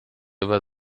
über